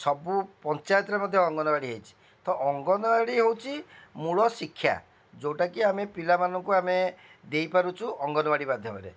ସବୁ ପଞ୍ଚାୟତରେ ମଧ୍ୟ ଅଙ୍ଗନବାଡ଼ି ହେଇଛି ତ ଅଙ୍ଗନବାଡ଼ି ହେଉଛି ମୂଳ ଶିକ୍ଷା ଯୋଉଟାକି ଆମେ ପିଲାମାନଙ୍କୁ ଆମେ ଦେଇପାରୁଛୁ ଅଙ୍ଗନବାଡ଼ି ମାଧ୍ୟମରେ